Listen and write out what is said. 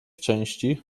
części